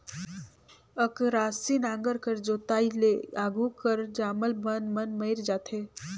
अकरासी नांगर कर जोताई ले आघु कर जामल बन मन मइर जाथे